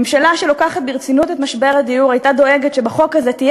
ממשלה שלוקחת ברצינות את משבר הדיור הייתה דואגת שבחוק הזה תהיה